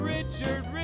Richard